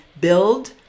build